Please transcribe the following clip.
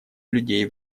людей